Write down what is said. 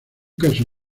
caso